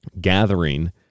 gathering